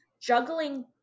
juggling